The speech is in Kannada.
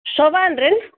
ಶೋಭಾ ಏನು ರೀ